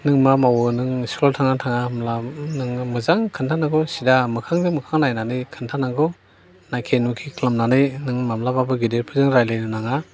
नों मा मावो नों स्कुलाव थाङोना थाङा होनब्ला नोंङो मोजां खिन्थानांगौ सिदा मोखांजों मोखां नायनानै खिन्थानांगौ नायखे नुयखे खालामनानै नों माब्लाबाबो गेदेरफोरजों रायलायनो नाङा